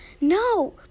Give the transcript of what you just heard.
No